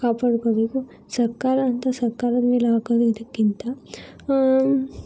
ಕಾಪಾಡ್ಕೊಬೇಕು ಸರ್ಕಾರ ಅಂತ ಸರ್ಕಾರದ ಮೇಲೆ ಹಾಕೋದಕ್ಕಿಂತ